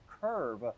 curve